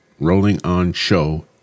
rollingonshow